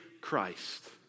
Christ